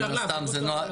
אפשר להעביר אותו לוועדה?